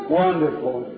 wonderful